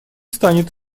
станет